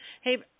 Hey